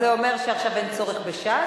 אז זה אומר שעכשיו אין צורך בש"ס?